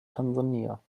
tansania